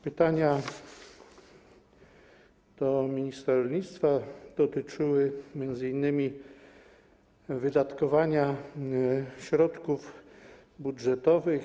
Pytania do ministra rolnictwa dotyczyły m.in. wydatkowania środków budżetowych.